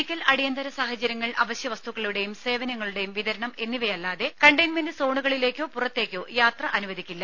medical അടിയന്തിര സാഹചര്യങ്ങൾ അവശ്യവസ്തുക്കളുടെയും സേവനങ്ങളുടെയും വിതരണം എന്നിവയല്ലാതെ കണ്ടെയിന്മെന്റ് സോണുകളിലേക്കോ പുറത്തേക്കോ യാത്ര അനുവദിക്കില്ല